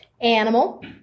Animal